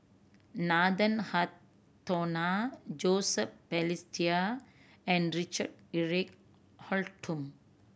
Nathan Hartono Joseph Balestier and Richard Eric Holttum